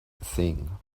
thing